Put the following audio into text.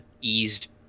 eased